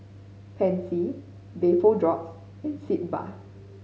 Pansy Vapodrops and Sitz Bath